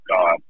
God